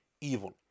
evil